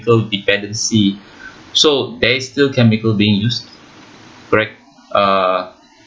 ~al dependency so there is still chemical being used right uh